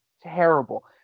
terrible